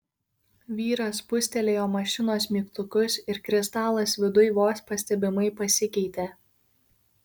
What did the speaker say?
vyras spustelėjo mašinos mygtukus ir kristalas viduj vos pastebimai pasikeitė